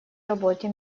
работе